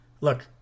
look